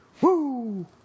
Woo